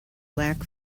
lack